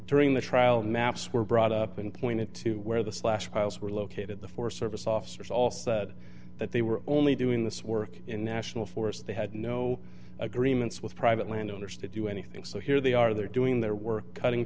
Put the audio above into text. during the trial maps were brought up and pointed to where the slash piles were located the forest service officers all said that they were only doing this work in national forests they had no agreements with private landowners to do anything so here they are they're doing their work cutting